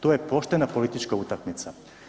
To je poštena politička utakmica.